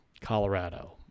Colorado